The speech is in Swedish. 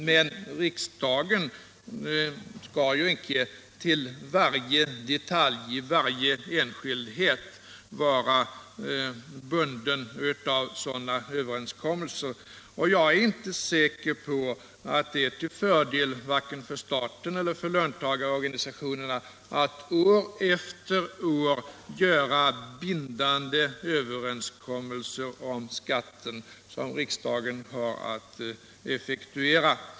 Men riksdagen skall ju icke i varje detalj, i varje enskildhet, vara bunden av sådana överenskommelser. Jag är inte säker på att det är till fördel vare sig för staten eller för löntagarorganisationerna att år efter år göra bindande överenskommelser om skatten som riksdagen har att effektuera.